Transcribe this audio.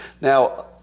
Now